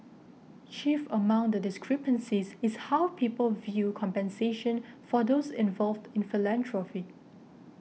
chief among the discrepancies is how people view compensation for those involved in philanthropy